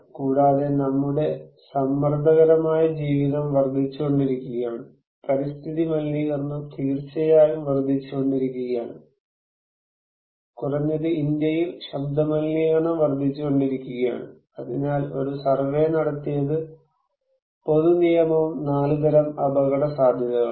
കൂടാതെ നമ്മുടെ സമ്മർദ്ദകരമായ ജീവിതം വർദ്ധിച്ചുകൊണ്ടിരിക്കുകയാണ് പരിസ്ഥിതി മലിനീകരണം തീർച്ചയായും വർദ്ധിച്ചുകൊണ്ടിരിക്കുകയാണ് കുറഞ്ഞത് ഇന്ത്യയിൽ ശബ്ദ മലിനീകരണം വർദ്ധിച്ചുകൊണ്ടിരിക്കുകയാണ് അതിനാൽ ഒരു സർവേ നടത്തിയത് പൊതുനയവും 4 തരം അപകടസാധ്യതകളും